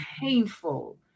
painful